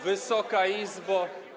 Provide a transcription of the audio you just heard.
Wysoka Izbo!